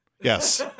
Yes